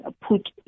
put